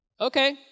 okay